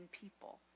people